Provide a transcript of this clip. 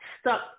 stuck